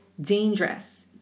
dangerous